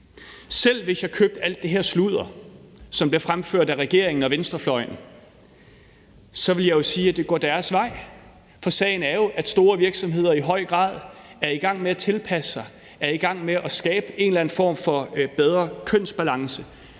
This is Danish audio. Selv hvis jeg købte alt det sludder, som bliver fremført af regeringen og venstrefløjen her, ville jeg sige, at det går deres vej, for sagen er jo, at store virksomheder i høj grad er i gang med at tilpasse sig og er i gang med at skabe en eller anden form for bedre kønsbalance.